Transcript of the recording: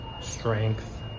Strength